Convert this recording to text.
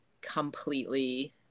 completely